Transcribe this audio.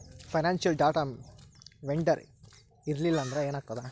Financial data vendor ಇರ್ಲ್ಲಿಲ್ಲಾಂದ್ರ ಏನಾಗ್ತದ?